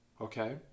okay